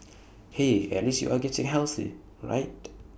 hey at least you are getting healthy right